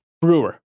Brewer